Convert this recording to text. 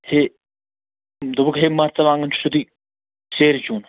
ہے دوٚپُکھ ہے مرژٕوانٛگن چھُ سیوٚدُے سیرِ چوٗنہٕ